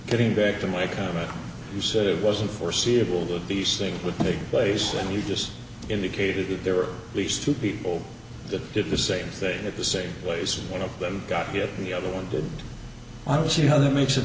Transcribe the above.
getting back to my comment you said it wasn't foreseeable that these things with take place and you just indicated that there were these two people that did the same thing at the same place and one of them got to get the other one did i don't see how that makes it